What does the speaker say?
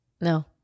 No